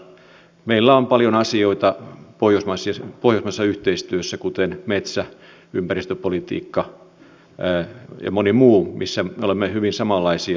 meillä on paljon asioita pohjoismaisessa yhteistyössä kuten metsä ympäristöpolitiikka ja moni muu missä me olemme hyvin samanlaisia